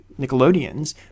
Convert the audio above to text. Nickelodeons